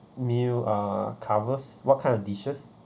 meal uh covers what kind of dishes